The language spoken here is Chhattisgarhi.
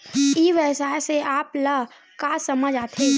ई व्यवसाय से आप ल का समझ आथे?